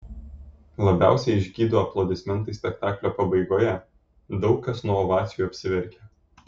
labiausiai išgydo aplodismentai spektaklio pabaigoje daug kas nuo ovacijų apsiverkia